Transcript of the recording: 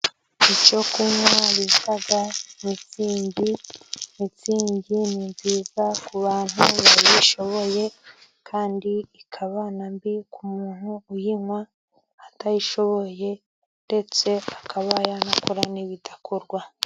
Icyo kunywa ibita mintsingi, mitsingi ni nziza ku bantu bayishoboye, kandi ikabana mbi ku muntu uyinywa atayishoboye, ndetse akaba yanakora n'ibidakorwa.